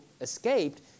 escaped